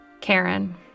Karen